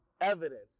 evidence